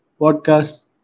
Podcast